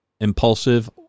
impulsive